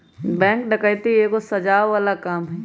bank डकैती एगो सजाओ बला काम हई